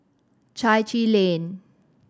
Chai Chee Lane